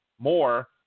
more